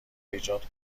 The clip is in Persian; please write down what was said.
ایجاد